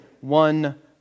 one